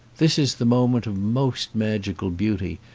this is the moment of most magical beauty,